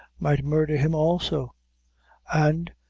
might murder him also and,